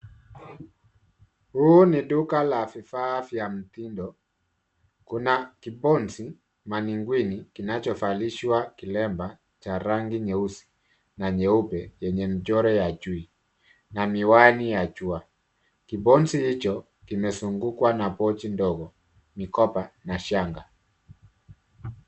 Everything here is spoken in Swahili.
Huu ni duka la vifaa vya mtindo, kuna kiponzi maikuini kinacho valishwa kilemba cha rangi nyeusi na nyeupe yenye mchoro ya chui na miwani ya jua. Kiponzi hicho kimezungkwa na pochi ndogo, mikoba na shanga.